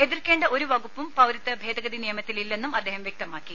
എതിർക്കേണ്ട ഒരു വകുപ്പും പൌരത്വ ഭേദഗതി നിയമത്തിൽ ഇല്ലെന്നും അദ്ദേഹം വൃക്തമാക്കി